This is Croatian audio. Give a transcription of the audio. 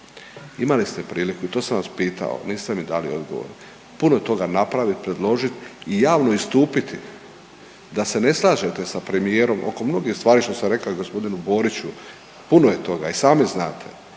imali ste priliku to sam vas pitao, niste mi dali odgovor, puno toga napraviti, predložiti i javno istupiti da se ne slažete sa premijerom oko mnogih stvari što sam rekao i gospodinu Boriću. Puno je toga i sami znate.